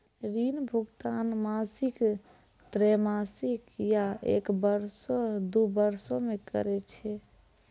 ऋण भुगतान मासिक, त्रैमासिक, या एक बरसो, दु बरसो मे करै छै